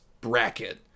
bracket